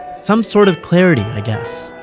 some sort of clarity i guess.